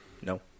No